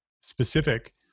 specific